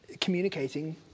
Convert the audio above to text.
communicating